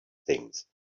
things